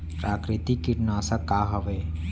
प्राकृतिक कीटनाशक का हवे?